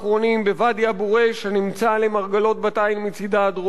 בוואדי אבו-ריש שנמצא למרגלות בת-עין מצדה הדרומי.